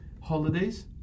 holidays